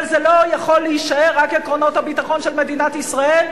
אבל זה לא יכול להישאר רק עקרונות הביטחון של מדינת ישראל,